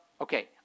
Okay